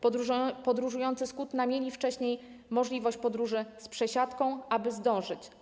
Podróżujący z Kutna mieli wcześniej możliwość podróży z przesiadką, aby zdążyć.